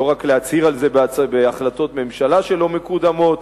לא רק להצהיר על זה בהחלטות ממשלה שלא מקודמות,